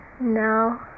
Now